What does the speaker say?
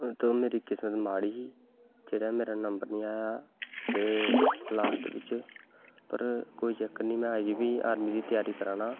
ओह् मेरी किस्मत माड़ी ही जेह्ड़ा मेरा नंबर नी आया ते लास्ट बिच्च पर कोई चक्कर नी में अजैं बी आर्मी दी तैयारी करा ना